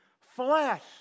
flesh